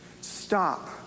Stop